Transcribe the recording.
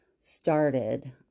started